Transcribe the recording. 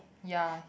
ya